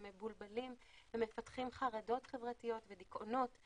הם מבולבלים, הם מפתחים חרדות חברתיות ודיכאונות.